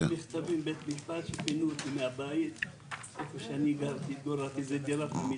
אם אתם תמשיכו ככה לא נצליח להעביר אותו וזה על אחריותכם,